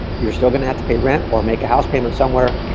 you're still gonna have to pay rent, or make a house payment somewhere.